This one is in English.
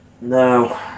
No